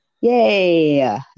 yay